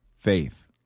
faith